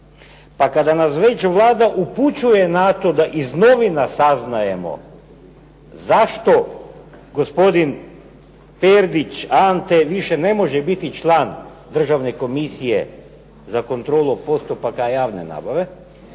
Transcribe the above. Pa kada nas već Vlada upućuje na to da iz novina saznajemo zašto gospodin Perdić Ante više ne može biti član Državne komisije za kontrolu postupaka javne nabave